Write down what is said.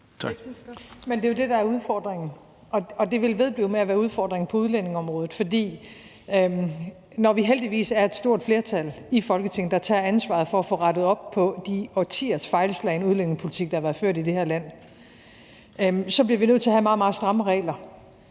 det er jo det, der er udfordringen, og det vil vedblive med at være udfordringen på udlændingeområdet. For når vi heldigvis er et stort flertal i Folketinget, der tager ansvaret for at få rettet op på de årtiers fejlslagne udlændingepolitik, der har været ført i det her land, så bliver vi nødt til at have meget, meget stramme regler,